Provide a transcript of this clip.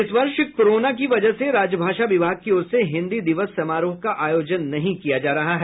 इस वर्ष कोरोना की वजह से राजभाषा विभाग की ओर से हिन्दी दिवस समारोह का आयोजन नहीं किया जा रहा है